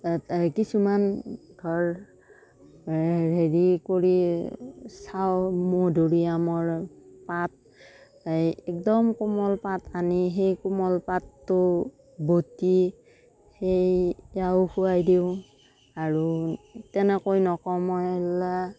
কিছুমান ধৰ হেৰি কৰি চাওঁ মধুৰি আমৰ পাত এই একদম কোমল পাত আনি সেই কোমল পাতটো বটি সেই এয়াও খোৱাই দিওঁ আৰু তেনেকৈ নকমিলে